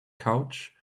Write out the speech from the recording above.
couch